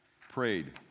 prayed